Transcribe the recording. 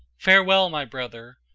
farewell, my brother,